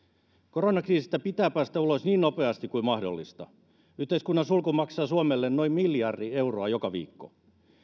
koronakriisistä pitää päästä ulos niin nopeasti kuin mahdollista yhteiskunnan sulku maksaa suomelle noin miljardi euroa joka viikko